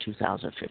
2015